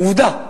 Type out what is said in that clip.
עובדה,